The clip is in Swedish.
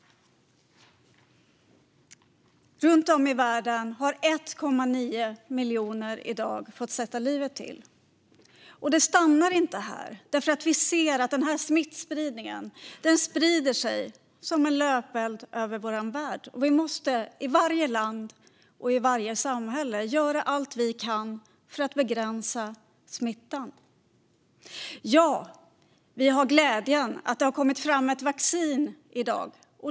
Runt om i världen har 1,9 miljoner människor i dag fått sätta livet till. Det stannar inte här, för vi ser att smittan sprider sig som en löpeld över vår värld, och vi måste i varje land och i varje samhälle göra allt vi kan för att begränsa smittan. I dag kan vi glädjas över att det har kommit fram ett vaccin.